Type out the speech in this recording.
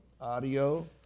audio